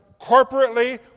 corporately